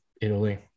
Italy